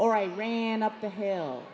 or i ran up the hill